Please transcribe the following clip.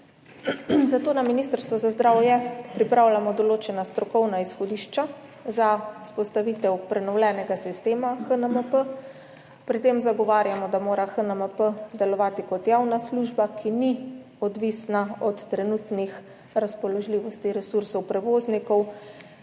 zato na Ministrstvu za zdravje pripravljamo določena strokovna izhodišča za vzpostavitev prenovljenega sistema HNMP. Pri tem zagovarjamo, da mora HNMP delovati kot javna služba, ki ni odvisna od trenutnih razpoložljivosti resursov prevoznikov,